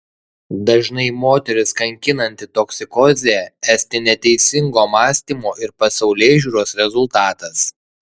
dažnai moteris kankinanti toksikozė esti neteisingo mąstymo ir pasaulėžiūros rezultatas